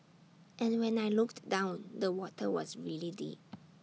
and when I looked down the water was really deep